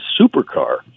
supercar